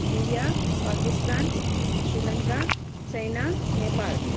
India Pakistan Sri Lanka China Nepal